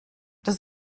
does